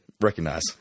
recognize